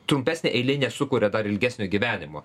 trumpesnė eilė nesukuria dar ilgesnio gyvenimo